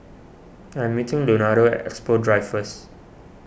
I am meeting Leonardo at Expo Drive first